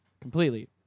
Completely